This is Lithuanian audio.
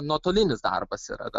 nuotolinis darbas yra dar